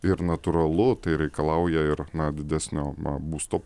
ir natūralu tai reikalauja ir didesnio būsto